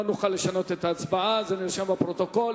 לא נוכל לשנות את ההצבעה, זה נרשם בפרוטוקול.